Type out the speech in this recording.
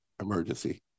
emergency